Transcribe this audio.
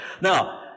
Now